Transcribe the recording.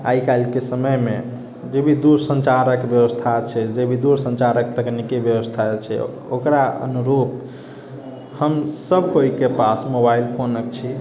आइ काल्हिके समयमे जेभी दूर सञ्चारक व्यवस्था छै जेभी दूर सञ्चारक तकनीकी व्यवस्था छै ओकरा अनुरुप हम सभ केओके पास मोबाइल फोन अछि